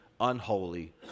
unholy